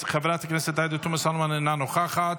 חברת הכנסת עאידה תומא סלימאן, אינה נוכחת.